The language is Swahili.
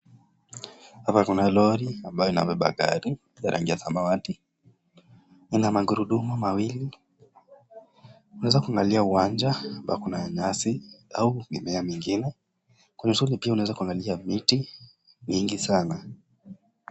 Hapa kuna lori, ambayo inabeba gari ya rangi ya samawati. Ina magurudumu wawili. Tunaweza kuangalia uwanja una nyasi au mimea mingine, kwa uzuri pia unaweza kuangalia miti mingi sana.